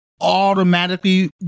automatically